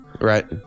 Right